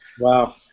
Wow